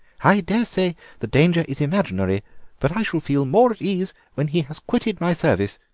i daresay the danger is imaginary but i shall feel more at ease when he has quitted my service